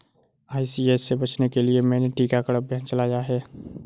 ICH से बचने के लिए मैंने टीकाकरण अभियान चलाया है